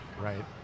right